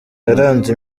yaranze